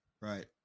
Right